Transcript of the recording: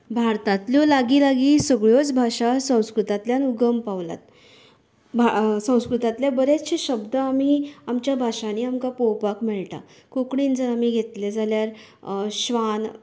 भारतातल्यों लागीं लागीं सगळ्योच भाशा संस्कृतातल्यान उगोंग पावलात भा संस्कृतातले बरेंचशे शब्द आमी आमच्या भाशांनी आमकां पळोपाक मेळटा कोंकणींत जर आमी घेतले जाल्या श्वान